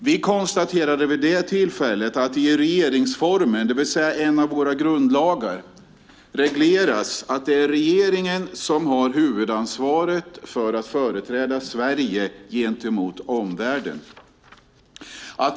Vi konstaterade vid det tillfället att det i regeringsformen, det vill säga en av våra grundlagar, regleras att det är regeringen som har huvudansvaret för att företräda Sverige gentemot omvärlden.